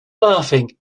laughing